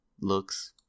looks